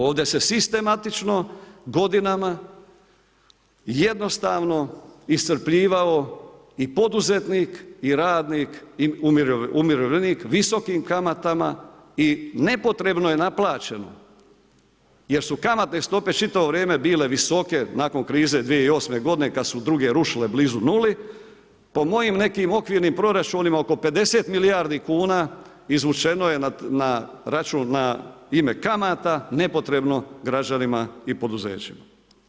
Ovdje se sistematično godinama jednostavno iscrpljivao i poduzetnik i radnik i umirovljenik visokim kamata i nepotrebno je naplaćeno jer su kamatne stope čitavo vrijeme bile visoke nakon krize 2008. godine kad su druge rušile blizu 0. Po mojim nekim okvirnom proračunima oko 50 milijardi kuna izvučeno je na račun, na ime kamata, nepotrebno građanima i poduzeće.